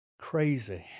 crazy